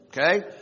Okay